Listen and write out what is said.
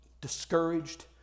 discouraged